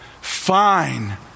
fine